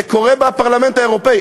זה קורה בפרלמנט האירופי.